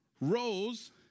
rose